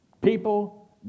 People